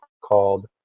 called